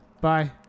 Bye